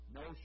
no